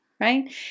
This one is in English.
right